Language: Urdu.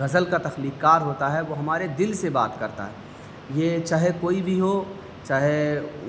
غزل کا تخلیق کار ہوتا ہے وہ ہمارے دل سے بات کرتا ہے یہ چاہے کوئی بھی ہو چاہے